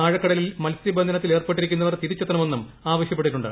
ആഴക്കടലിൽ മത്സ്യബന്ധനത്തിലേർപ്പെട്ടിരിക്കുന്നവർ തിരിച്ചെത്തണമെന്നും ആവശ്യപ്പെട്ടിട്ടുണ്ട്